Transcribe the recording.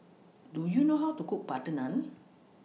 Do YOU know How to Cook Butter Naan